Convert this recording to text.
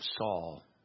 Saul